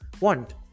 want